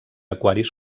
aquaris